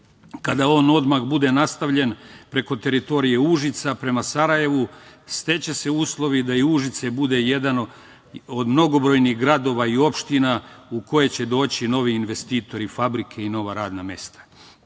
kada on odmah bude nastavljen preko teritorije Užica prema Sarajevu, steći će se uslovi da i Užice bude jedan od mnogobrojnih gradova i opština u koje će doći novi investitori, fabrike i nova radna mesta.